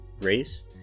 race